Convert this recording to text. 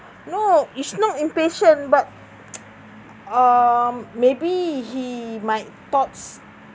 no it's not impatient but um maybe he might thoughts